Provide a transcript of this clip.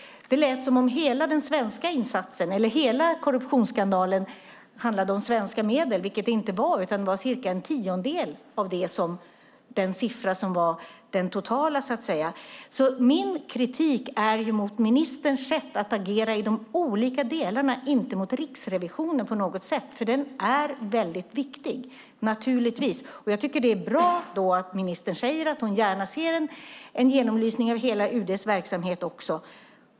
Det lät som om hela korruptionsskandalen handlade om svenska medel. Så var det inte. Det var cirka en tiondel av den siffra som var den totala, så att säga. Min kritik riktar sig alltså mot ministerns sätt att agera i de olika delarna, inte mot Riksrevisionen på något sätt, för den är naturligtvis väldigt viktig. Jag tycker att det är bra att ministern säger att hon gärna ser en genomlysning av hela UD:s verksamhet.